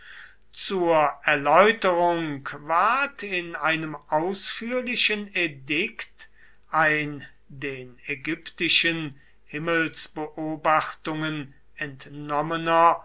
zur erläuterung ward in einem ausführlichen edikt ein den ägyptischen himmelsbeobachtungen entnommener